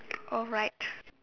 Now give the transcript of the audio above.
alright